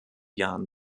jahren